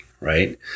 right